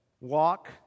walk